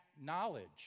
knowledge